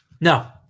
No